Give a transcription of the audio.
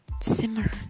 simmer